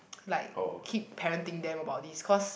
like keep parenting them about this cause